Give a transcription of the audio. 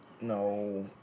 no